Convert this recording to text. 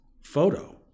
photo